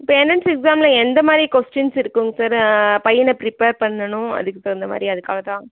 இப்போ எண்ட்ரன்ஸ் எக்ஸாம்மில் எந்த மாரி கொஸ்டீன்ஸ் இருக்குங்க சார் பையனை ப்ரிப்பேர் பண்ணணும் அதுக்கு தகுந்த மாரி அதற்காக தான்